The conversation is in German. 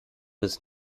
bis